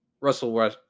Russell